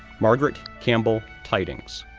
margaret campbell tydings,